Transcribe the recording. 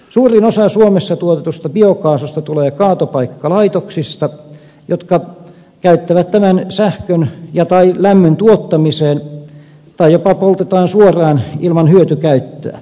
suurin osa suomessa tuotetusta biokaasusta tulee kaatopaikkalaitoksista jotka käyttävät sen sähkön tai lämmön tuottamiseen tai joissa se jopa poltetaan suoraan ilman hyötykäyttöä